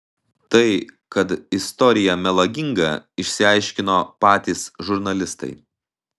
tai kad istorija melaginga išsiaiškino patys žurnalistai